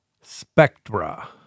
spectra